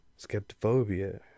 Skeptophobia